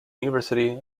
university